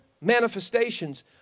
manifestations